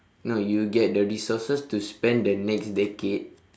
no you get the resources to spend the next decade